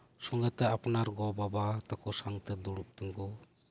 ᱥᱚᱸᱜᱮ ᱛᱮ ᱟᱯᱱᱟᱨ ᱜᱚ ᱵᱟᱵᱟ ᱛᱟᱠᱚ ᱥᱟᱣᱛᱮ ᱫᱩᱲᱩᱵ ᱛᱤᱸᱜᱩ